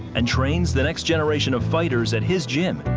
and trains the next generation of fighters at his gym.